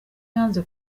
yanze